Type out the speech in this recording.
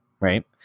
right